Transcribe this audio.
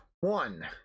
one